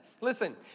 Listen